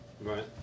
Right